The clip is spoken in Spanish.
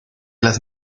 las